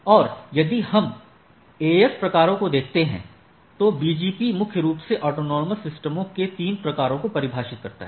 और यदि हम AS प्रकारों को देखते हैं तो BGP मुख्य रूप से ऑटॉनमस सिस्टमों के 3 प्रकारों को परिभाषित करता है